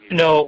no